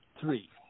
three